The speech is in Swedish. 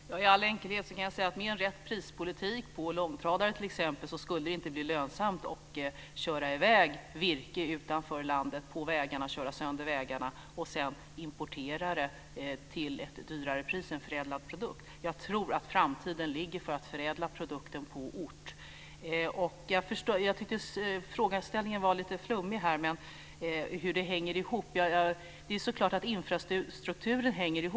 Fru talman! I all enkelhet kan jag säga att med rätt prispolitik på t.ex. långtradare skulle det inte bli lönsamt att köra iväg virke utanför landet på vägarna, och köra sönder vägarna, och sedan till ett högre pris importera en förädlad produkt. Jag tror att framtiden ligger i att förädla produkten på ort och ställe. Jag tycker att frågeställningen om hur det hänger ihop var lite flummig. Det är klart att infrastrukturen hänger ihop.